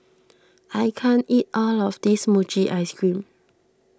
I can't eat all of this Mochi Ice Cream